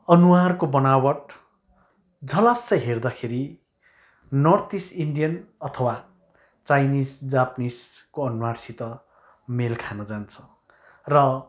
अनुहारको बनावट झलस्सै हेर्दाखेरि नर्थइस्ट इन्डियन अथवा चाइनिस जापानिसको अनुहारसित मेल खानुजान्छ र